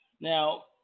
Now